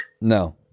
No